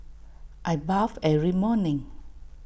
I bathe every morning